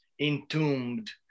Entombed